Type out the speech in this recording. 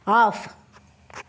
off